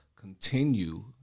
continue